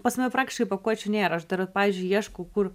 pas mane praktiškai pakuočių nėra aš dar pavyzdžiui ieškau kur